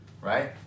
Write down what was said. right